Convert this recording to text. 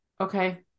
okay